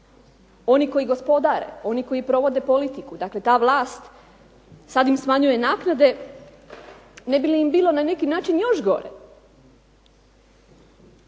oni koji gospodare, oni koji provode politiku, dakle vlast sada im smanjuje naknade ne bi li im bilo na neki način još gore.